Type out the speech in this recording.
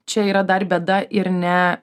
čia yra dar bėda ir ne